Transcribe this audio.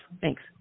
Thanks